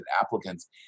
applicants